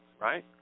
Right